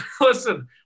listen